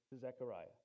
Zechariah